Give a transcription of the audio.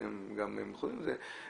שהם גם מוכנים לזה,